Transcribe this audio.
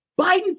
Biden